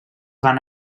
van